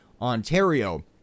Ontario